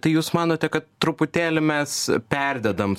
tai jūs manote kad truputėlį mes perdedam